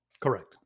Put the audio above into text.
Correct